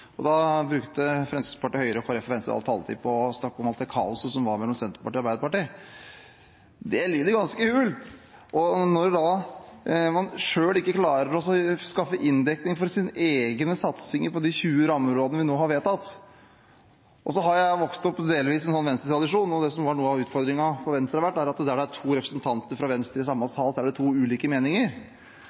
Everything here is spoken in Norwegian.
Da brukte Høyre, Fremskrittspartiet, Kristelig Folkeparti og Venstre all taletid på å snakke om alt det kaoset som var mellom Senterpartiet og Arbeiderpartiet. Det lyder ganske hult når man selv ikke klarer å skaffe inndekning for sine egne satsinger på de 20 rammeområdene vi nå har vedtatt. Jeg har vokst opp delvis i en Venstre-tradisjon, og det som har vært noe av utfordringen for Venstre, er at der det er to representanter fra Venstre i samme sal, er det to ulike meninger!